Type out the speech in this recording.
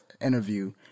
interview